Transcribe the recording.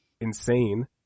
insane